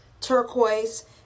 turquoise